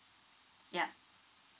yup